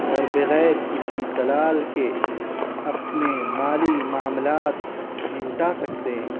اور بغیر کسی دلال کے اپنے مالی معاملات نمٹا سکتے ہیں